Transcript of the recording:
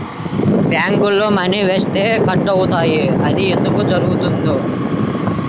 బ్యాంక్లో మని వేస్తే కట్ అవుతున్నాయి అది ఎందుకు జరుగుతోంది?